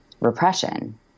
repression